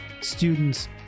students